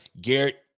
Garrett